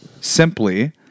simply